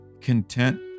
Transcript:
content